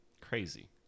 Crazy